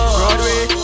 Broadway